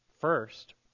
first